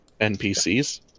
NPCs